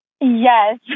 Yes